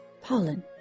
pollen